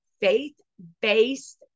Faith-Based